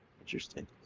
Interesting